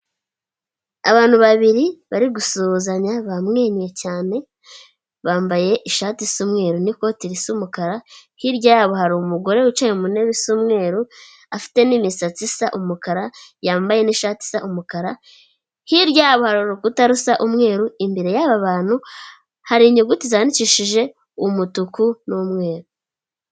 Abantu babiri bari gusuhuzanya bamwenyuye cyane, bambaye ishati isa umweru n'ikoti risa umukara, hirya yabo hari umugore wicaye mu ntebe isa mweru, afite n'imisatsi isa umukara yambaye n'ishati isa umukara, hirya yabo hari urukuta rusa umweru, imbere y'aba bantu hari inyuguti zandikishije umutuku n'umweru.